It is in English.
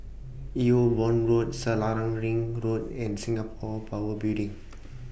EU Boon Road Selarang Ring Road and Singapore Power Building